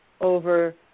over